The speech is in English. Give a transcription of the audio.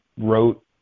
wrote